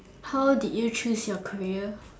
how did you chose your career